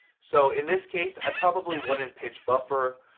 so in this case, i probably wouldn't pitch buffer,